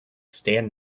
stand